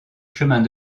chemins